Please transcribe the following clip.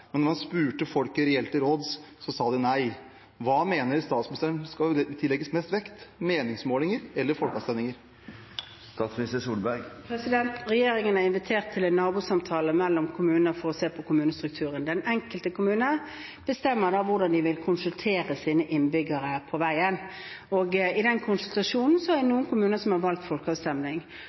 men da man spurte folket reelt til råds, sa de nei. Hva mener statsministeren skal tillegges mest vekt – meningsmålinger eller folkeavstemninger? Regjeringen har invitert til en nabosamtale mellom kommuner for å se på kommunestrukturen. Den enkelte kommune bestemmer da hvordan de vil konsultere sine innbyggere på veien. I den konsultasjonen er det noen kommuner som har valgt folkeavstemning,